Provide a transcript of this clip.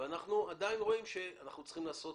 ואנחנו עדיין רואים שאנחנו צריכים לעשות